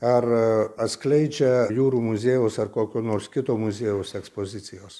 ar atskleidžia jūrų muziejaus ar kokio nors kito muziejaus ekspozicijos